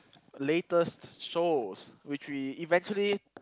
latest shows which we eventually